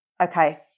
Okay